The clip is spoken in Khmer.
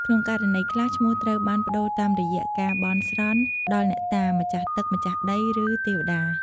ក្នុងករណីខ្លះ ឈ្មោះត្រូវបានប្ដូរតាមរយៈការ បន់ស្រន់ដល់អ្នកតា ម្ចាស់ទឹកម្ចាស់ដី ឬទេវតា។